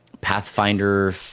pathfinder